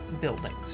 buildings